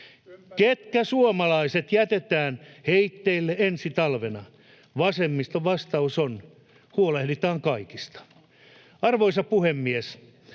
Ketkä suomalaiset jätetään heitteille ensi talvena? Vasemmiston vastaus on: huolehditaan kaikista. Arvoisa puhemies!